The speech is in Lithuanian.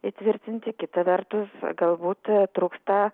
įtvirtinti kita vertus galbūt trūksta